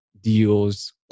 deals